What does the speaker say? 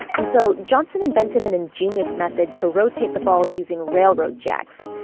and so johnson invented an ingenious method to rotate the ball using railroad jacks.